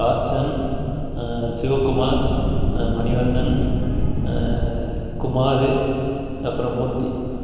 ராஜன் சிவகுமார் மணிவண்ணன் குமார் அப்பறம் மூர்த்தி